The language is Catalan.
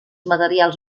materials